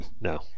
no